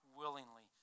willingly